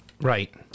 Right